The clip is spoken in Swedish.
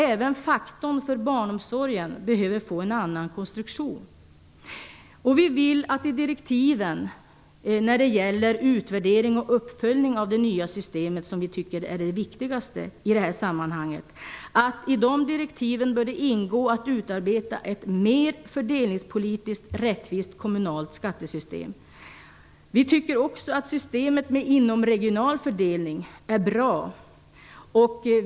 Även faktorn för barnomsorgen behöver få en annan konstruktion. Vi vill att i direktiven när det gäller utvärdering och uppföljning av det nya systemet, som vi tycker är det viktigaste i det här sammanhanget, bör det ingå att utarbeta ett fördelningspolitiskt mer rättvist kommunalt skattesystem. Vi tycker också att systemet med inomregional fördelning är bra.